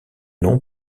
nom